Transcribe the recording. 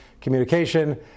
communication